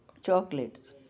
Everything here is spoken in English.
chocolates